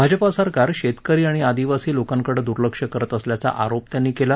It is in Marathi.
भाजपा सरकार शेतकरी आणि आदिवासी लोकांकडे दुर्लक्ष करत असल्याचा आरोप त्यांनी केला